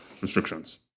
restrictions